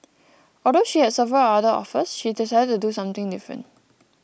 although she has several other offers she decided to do something different